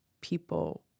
people